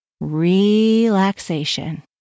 relaxation